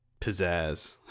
pizzazz